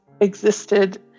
existed